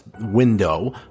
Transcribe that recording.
window